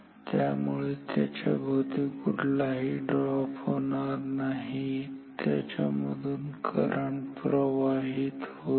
त्यामुळे त्यांच्याभवती कुठलाही ड्रॉप होणार नाही त्यांच्यामधून करंट प्रवाहित होईल